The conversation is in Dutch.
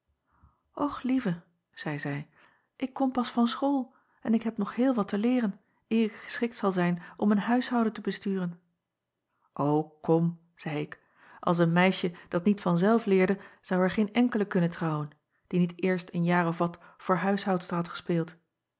ch lieve zeî zij ik kom pas van school en heb nog heel wat te leeren eer ik geschikt zal zijn om een huishouden te besturen kom zeî ik als een meisje dat niet van zelf leerde zou er geen enkele kunnen trouwen die niet eerst een jaar of wat voor huishoudster had gespeeld